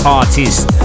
artist